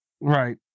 Right